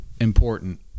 important